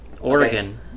Oregon